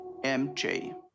MJ